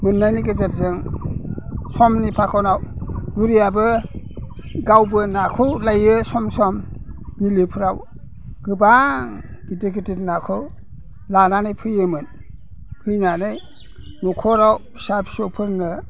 मोननायनि गेजेरजों समनि फाखनाव बुरियाबो गावबो नाखौ लायो सम सम बिलोफोराव गोबां गिदिर गिदिर नाखौ लानानै फैयोमोन फैनानै न'खराव फिसा फिसौफोरनो